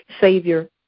Savior